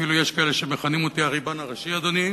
אפילו יש כאלה שמכנים אותי "הריבן הראשי", אדוני.